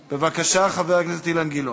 בבקשה, חבר הכנסת אילן גילאון,